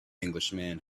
englishman